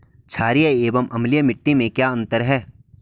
छारीय एवं अम्लीय मिट्टी में क्या अंतर है?